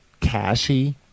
cashy